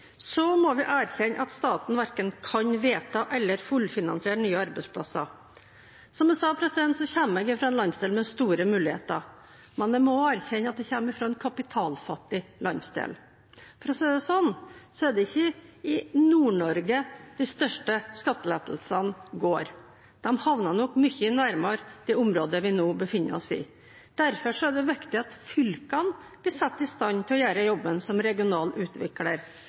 Så må vi erkjenne at staten verken kan vedta eller fullfinansiere nye arbeidsplasser. Som jeg sa, kommer jeg fra en landsdel med store muligheter, men jeg må erkjenne at jeg kommer fra en kapitalfattig landsdel. For å si det slik så er det ikke til Nord-Norge de største skattelettelsene går. De havner nok mye nærmere det området vi nå befinner oss i. Derfor er det viktig at fylkene blir satt i stand til å gjøre jobben som regional utvikler.